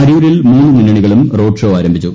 അരൂരിൽ മൂന്നു മുന്നണികളും റോഡ് ഷോ ആരംഭിച്ചു